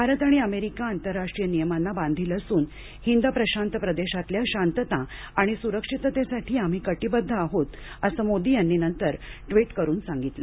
भारत आणि अमेरिका आंतरराष्ट्रीय नियमांना बांधील असून हिंद प्रशांत प्रदेशातल्या शांतता आणि सुरक्षिततेसाठी आम्ही कटीबद्ध आहोत असं मोदी यांनी नंतर ट्वीट करून सांगितलं